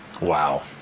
Wow